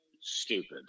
stupid